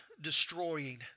destroying